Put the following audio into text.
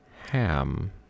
ham